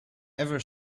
ever